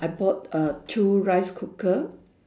I bought uh two rice cooker